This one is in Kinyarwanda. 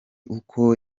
uko